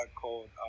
called